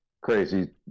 crazy